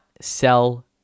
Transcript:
sell